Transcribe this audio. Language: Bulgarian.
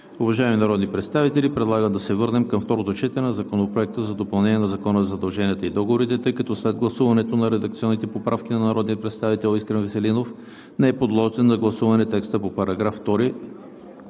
Уважаеми народни представители, предлагам да се върнем към второто четене на Законопроекта за допълнение на Закона за задълженията и договорите, тъй като след гласуването на редакционните поправки на народния представител Искрен Веселинов не е подложен на гласуване текстът по § 2,